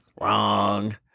Wrong